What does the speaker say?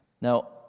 Now